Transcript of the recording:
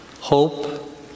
hope